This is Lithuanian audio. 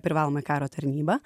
privalomąją karo tarnybą